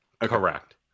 Correct